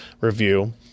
review